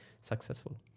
successful